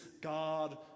God